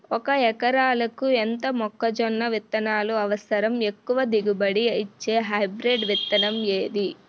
ఒక ఎకరాలకు ఎంత మొక్కజొన్న విత్తనాలు అవసరం? ఎక్కువ దిగుబడి ఇచ్చే హైబ్రిడ్ విత్తనం ఏది?